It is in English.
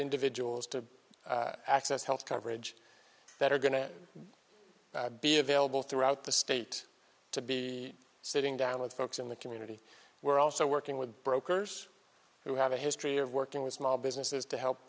individuals to access health coverage that are going to be available throughout the state to be sitting down with folks in the community we're also working with brokers who have a history of working with small businesses to help